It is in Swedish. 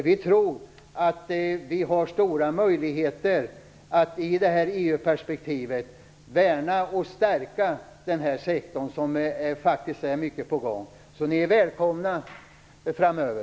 Vi tror att vi har stora möjligheter att i EU-perspektivet värna och stärka den här sektorn som faktiskt är på gång. Ni är välkomna framöver.